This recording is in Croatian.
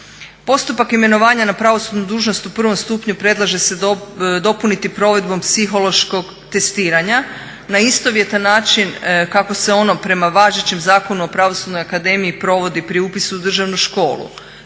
Postupak imenovanja na pravosudnu dužnost u prvom stupnju predlaže se dopuniti provedbom psihološkog testiranja na istovjetan način kako se ono prema važećem Zakonu o pravosudnoj akademiji provodi pri upisu u državnu školu